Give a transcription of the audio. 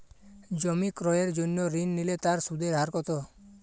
জমি ক্রয়ের জন্য ঋণ নিলে তার সুদের হার কতো?